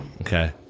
okay